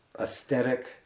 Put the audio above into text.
aesthetic